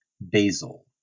basil